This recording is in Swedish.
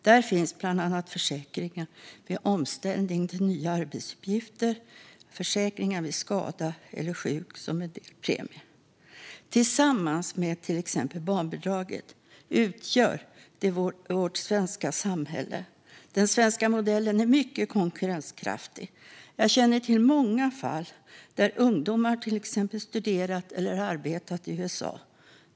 Där finns bland annat försäkringar vid omställning till nya arbetsuppgifter, försäkringar vid skada eller sjukdom som betalas med en del premier. Tillsammans med till exempel barnbidraget utgör det vårt svenska välfärdssamhälle. Den svenska modellen är mycket konkurrenskraftig. Jag känner till många fall där ungdomar till exempel studerat eller arbetat i USA.